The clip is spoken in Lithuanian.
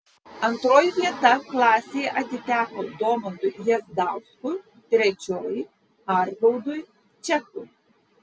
antroji vieta klasėje atiteko domantui jazdauskui trečioji argaudui čepui